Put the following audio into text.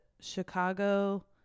Chicago